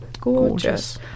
gorgeous